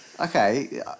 Okay